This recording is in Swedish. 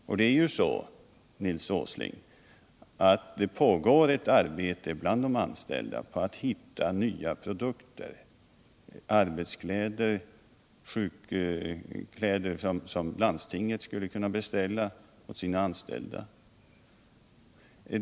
Der pågår ju, Nils Åsling, ett arbete bland de anställda på att hitta nya produkter: arbetskläder och kläder som landstinget skulle kunna beställa åt sina anställda.